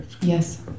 Yes